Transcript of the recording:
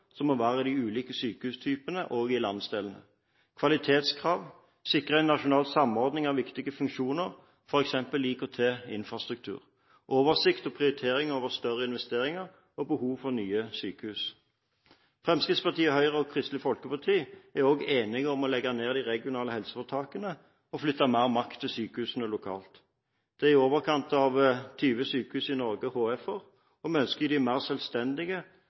som må være til stede i de ulike sykehustypene og i landsdelene. Når det gjelder kvalitetskrav, må det sikres en nasjonal samordning av viktige funksjoner, f.eks. IKT-infrastruktur, oversikt over og prioritering av større investeringer og behov for nye sykehus. Fremskrittspartiet, Høyre og Kristelig Folkeparti er også enige om å legge ned de regionale helseforetakene og flytte mer makt til sykehusene lokalt. Det er i overkant av 20 sykehus – HF-er – i Norge, og vi ønsker